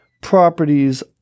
properties